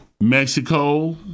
Mexico